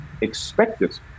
expected